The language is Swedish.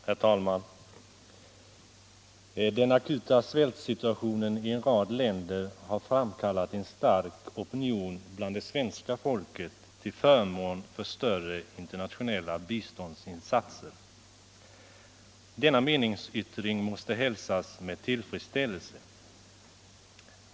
Herr talman! Den akuta svältsituationen i en rad länder har framkallat en stark opinion bland det svenska folket till förmån för större internationella biståndsinsatser. Denna meningsyttring måste hälsas med tillfredsställelse.